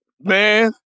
Man